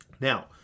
Now